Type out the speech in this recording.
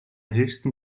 höchsten